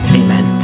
amen